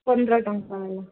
ପନ୍ଦରଟଙ୍କା ବାଲା